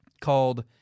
called